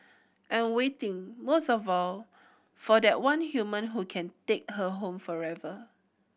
and waiting most of all for that one human who can take her home forever